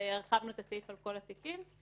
שהרחבנו את הסעיף על כל התיקים,